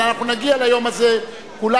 אבל אנחנו נגיע ליום הזה כולנו,